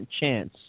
chance